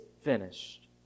finished